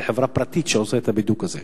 לחברה פרטית שעושה את הבידוק הזה.